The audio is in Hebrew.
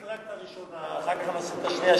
תגיד רק את הראשונה, אחר כך נשים את השנייה.